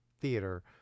theater